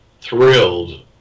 thrilled